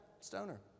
stoner